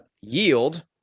Yield